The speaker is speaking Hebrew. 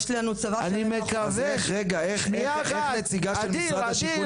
אני מקווה איך נציגה של משרד השיכון